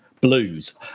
blues